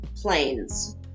planes